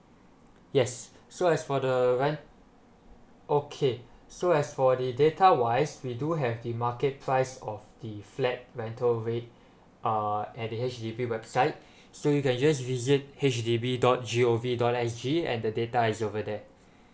yes so as for the rent okay so as for the data wise we do have the market price of the flat rental rate uh at the H_D_B website so you can just visit H D B dot G O V dot S G and the data is over there